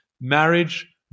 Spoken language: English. marriage